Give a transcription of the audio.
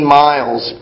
miles